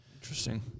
Interesting